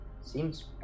Seems